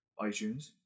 iTunes